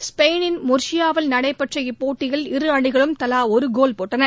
ஸ்டெயினின் முர்ஷியாவில் நடைபெற்ற இப்போட்டியில் இரு அணிகளும் தலா ஒரு கோல் போட்டன